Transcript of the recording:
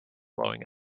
blowing